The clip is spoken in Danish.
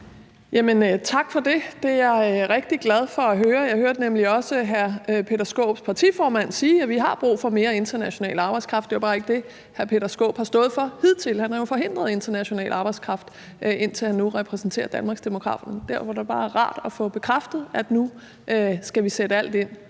for det. Det er jeg rigtig glad for at høre. Jeg hørte nemlig også hr. Peter Skaarups partiformand sige, at vi har brug for mere international arbejdskraft. Det er bare ikke det, hr. Peter Skaarup har stået for hidtil. Han har jo forhindret international arbejdskraft, indtil han repræsenterede Danmarksdemokraterne. Derfor er det bare rart at få bekræftet, at nu skal vi sætte alt ind